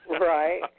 Right